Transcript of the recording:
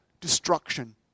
destruction